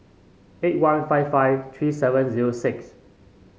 eight one five five three seven zero six